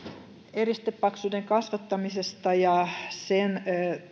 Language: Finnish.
eristepaksuuden kasvattamisesta ja sen